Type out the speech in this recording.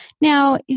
Now